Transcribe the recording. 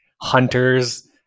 hunters